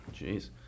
jeez